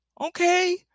Okay